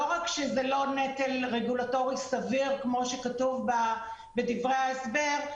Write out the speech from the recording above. לא רק שזה לא נטל רגולטורי סביר כמו שכתוב בדברי ההסבר,